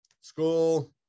school